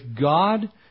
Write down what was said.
God